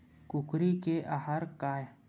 कुकरी के आहार काय?